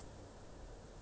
who should I call